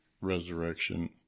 resurrection